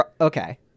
Okay